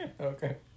okay